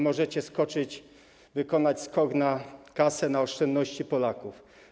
Możecie skoczyć, wykonać skok na kasę, na oszczędności Polaków.